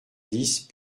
dix